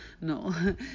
No